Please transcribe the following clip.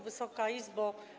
Wysoka Izbo!